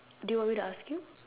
do you want me to ask you